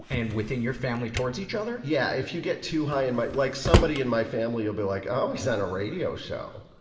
and within your family, towards each other? yeah, if you get too high and mighty like, somebody in my family will be like oh, he's on a radio show.